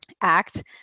act